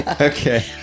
Okay